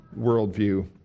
worldview